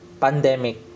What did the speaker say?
pandemic